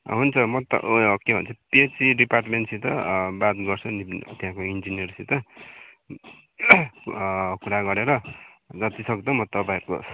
हुन्छ म त उ यो के भन्छ पिएचई डिपार्टमेन्टसित बात गर्छु नि त्यहाँको इन्जिनियरसित कुरा गरेर जति सक्दो म तपाईँहरूको